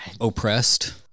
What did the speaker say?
oppressed